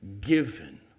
given